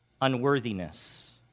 unworthiness